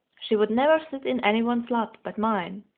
she would never sit in any one's lap but mine,